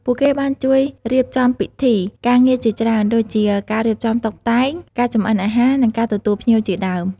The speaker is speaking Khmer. ពួកគេបានជួយរៀបចំពិធីការងារជាច្រើន ដូចជា ការរៀបចំតុបតែង ការចម្អិនអាហារ និង ការទទួលភ្ញៀវ ជាដើម។